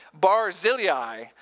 Barzillai